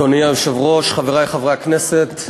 אדוני היושב-ראש, חברי חברי הכנסת,